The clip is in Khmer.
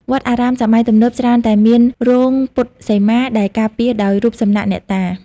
វត្តអារាមសម័យទំនើបច្រើនតែមាន រោងពុទ្ធសីមា ដែលការពារដោយរូបសំណាកអ្នកតា។